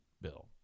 bill